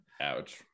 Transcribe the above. Ouch